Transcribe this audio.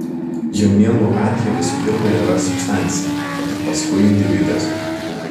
jonėnų archė visų pirma yra substancija o tik paskui individas